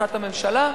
בתמיכת הממשלה,